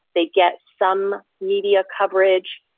they get some media coverage.